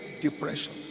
depression